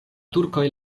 turkoj